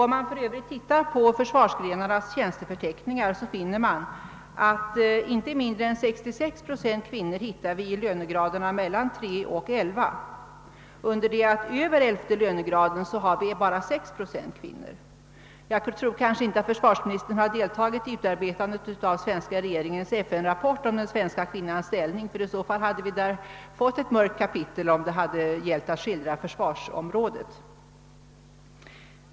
Om man för övrigt tittar på försvarsgrenarnas tjänsteförteckningar, finner man att inte mindre än 66 procent kvinnor är placerade i lönegraderna 3—11, under det att vi i lönegraderna därutöver endast har 6 procent kvinnor. Jag tror väl inte att försvarsministern har deltagit i utarbetandet av den svenska regeringens FN-rapport om den svenska kvinnans ställning, ty om försvarsområdet hade skildrats så hade det blivit ett mörkt kapitel.